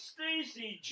Stacy